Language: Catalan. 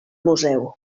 museu